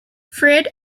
fred